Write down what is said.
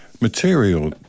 material